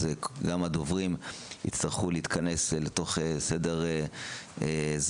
אז גם הדוברים יצטרכו להתכנס אל תוך סדר זמן.